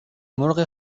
مرغ